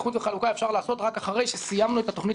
איחוד וחלוקה אפשר לעשות רק אחרי שסיימנו את התוכנית